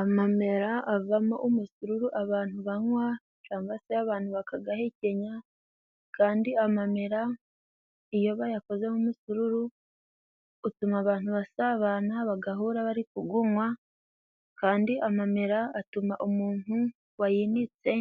Amamera avamo umusururu abantu banywa cangwa se abantu bakagahekenya kandi amamera iyo bayakoze umusururu utuma abantu basabana bagahora bari kugunywa kandi amamera atuma umuntu wayinitse